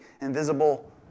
invisible